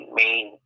main